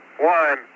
one